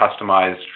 customized